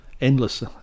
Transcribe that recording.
endless